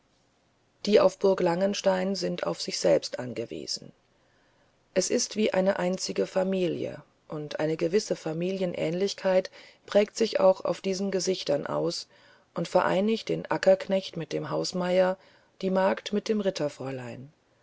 die auf burg langenstein sind auf sich selber angewiesen es ist wie eine einzige familie und eine gewisse familienähnlichkeit prägt sich auch auf diesen gesichtern aus und vereinigt den ackerknecht mit dem hausmeier die magd mit dem